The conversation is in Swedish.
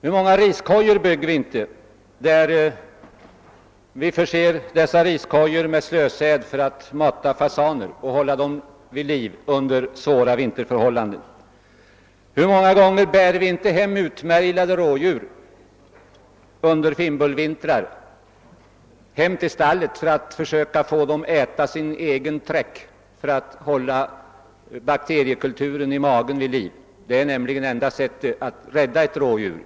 Hur många riskojor bygger vi inte, som vi förser med slösäd för att mata fasaner och hålla dem vid liv under svåra vinterförhållanden. Hur många gånger bär vi inte utmärglade rådjur under fimbulvintrar hem till stallet för att försöka få dem att äta sin egen träck för att hålla bakteriekulturen i magen vid liv. Det är nämligen enda sättet att rädda ett rådjur.